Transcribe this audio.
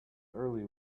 early